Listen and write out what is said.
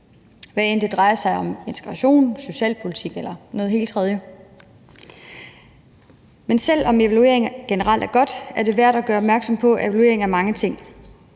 hvad end det drejer sig om integration, socialpolitik eller noget helt tredje. Men selv om evalueringer generelt er godt, er det værd at gøre opmærksom på, at evaluering er mange ting.